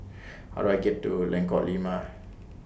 How Do I get to Lengkok Lima